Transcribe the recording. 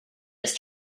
his